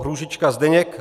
Růžička Zdeněk